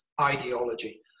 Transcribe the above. ideology